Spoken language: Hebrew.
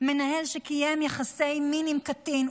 מנהל שקיים יחסי מין עם קטין,